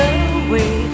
away